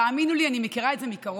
תאמינו לי, אני מכירה את זה מקרוב.